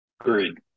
agreed